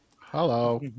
Hello